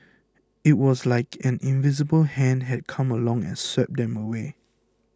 it was like an invisible hand had come along and swept them away